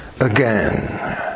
again